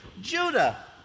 Judah